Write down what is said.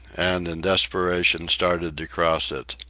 and in desperation started to cross it.